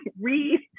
read